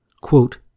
Quote